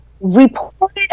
reported